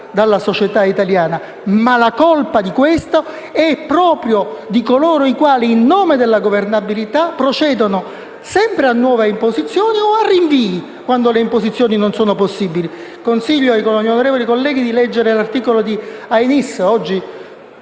dalla società italiana. Ma la colpa di questo è proprio di coloro i quali, in nome della governabilità, procedono sempre a nuove imposizioni o a rinvii quando le imposizioni non sono possibili. Consiglio agli onorevoli colleghi di leggere l'articolo di Michele